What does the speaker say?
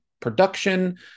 production